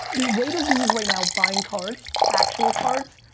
the way to lose right now buying cards, actual cards,